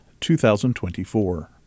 2024